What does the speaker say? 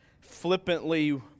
flippantly